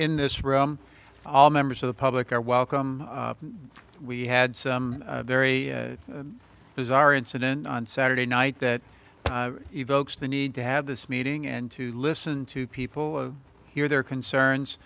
in this room all members of the public are welcome we had some very bizarre incident on saturday night that evokes the need to have this meeting and to listen to people hear their concerns